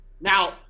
Now